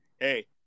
Hey